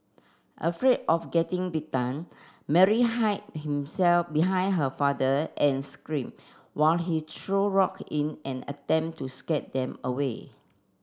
afraid of getting bitten Mary hid himself behind her father and screamed while he threw rock in an attempt to scare them away